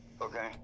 okay